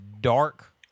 dark